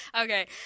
okay